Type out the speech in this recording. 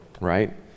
right